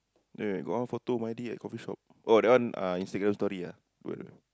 the got one photo Maidy at coffee shop oh that one uh Instagram story ah